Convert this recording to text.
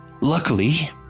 Luckily